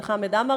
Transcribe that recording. של חמד עמאר,